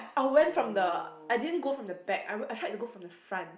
I went from the I didn't go from the back I had to go from the front